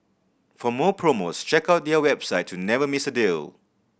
for more promos check out their website to never miss a deal